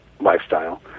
lifestyle